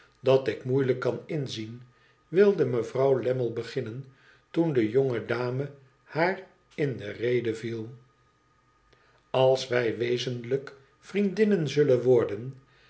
dat ik moeilijk kan inzien wilde mevrouw lammie beginnen toen de jonge dame haar in de rede viel als wij wezenlijk vriendinnen zullen worden